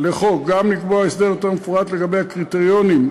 לחוק וגם לקבוע הסדר יותר מפורט לגבי הקריטריונים,